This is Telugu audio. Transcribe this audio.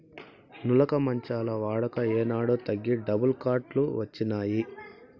నులక మంచాల వాడక ఏనాడో తగ్గి డబుల్ కాట్ లు వచ్చినాయి